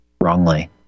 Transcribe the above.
wrongly